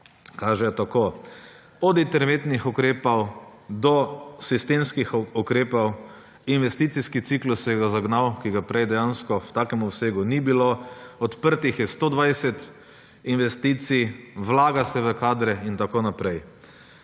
kažejo tako. Od interventnih ukrepov do sistemskih ukrepov, investicijski ciklus se je zagnal, ki ga prej dejansko v takem obsegu ni bilo. Odprtih je 120 investicij, vlaga se v kadre in tako naprej.